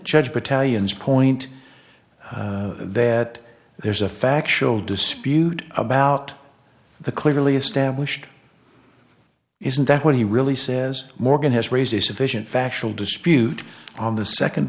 judge battalions point that there's a factual dispute about the clearly established isn't that when he really says morgan has raised a sufficient factual dispute on the second